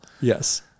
Yes